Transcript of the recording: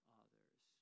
others